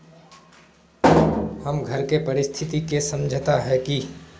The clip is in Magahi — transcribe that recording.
हमर घर के परिस्थिति के समझता है की?